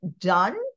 done